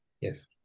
Yes